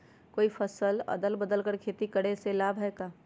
कोई फसल अदल बदल कर के खेती करे से लाभ है का?